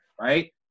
right